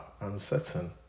uncertain